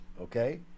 okay